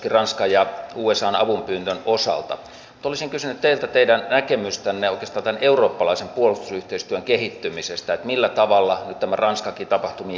mutta hallituspuolueen edustajalta on vähän omituista syyttää suomen maahanmuuttopolitiikkaa koska te vastaatte nimenomaan siitä maahanmuuttopolitiikasta ei oppositio